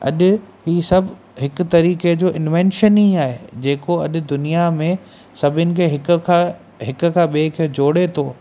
अॼु ही सभु हिकु तरीक़े जो इनवेन्शन ई आहे जेको अॼु दुनिया में सभिनी खे हिकु खां हिकु खां ॿिए खे जोड़े थो